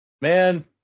man